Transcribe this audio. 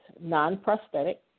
Non-Prosthetic